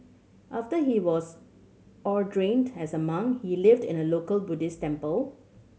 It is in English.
after he was ordained as a monk he lived in a local Buddhist temple